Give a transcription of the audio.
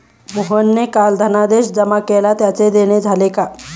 मोहनने काल धनादेश जमा केला त्याचे देणे झाले का?